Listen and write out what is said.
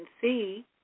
see